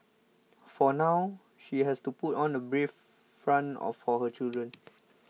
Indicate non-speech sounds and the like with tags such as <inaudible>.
for now she has to put on a brave <unintelligible> front of for her children